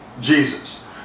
Jesus